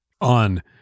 On